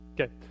Okay